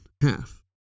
half